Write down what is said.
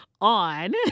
on